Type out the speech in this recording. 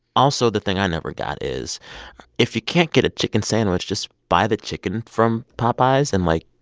also, the thing i never got is if you can't get a chicken sandwich, just buy the chicken from popeyes and, like,